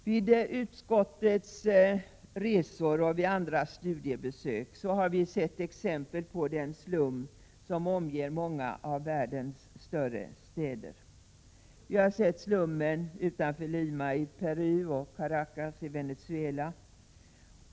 Vid utskottets resor och vid andra studiebesök har vi sett exempel på den slum som omger många av världens större städer. Vi har sett slummen utanför Lima i Peru och Caracas i Venezuela.